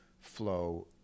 flow